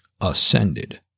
ascended